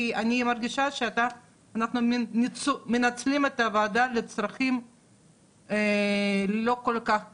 כי אני מרגישה שאנחנו מנצלים את הוועדה לצרכים לא כל כך כנים,